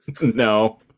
No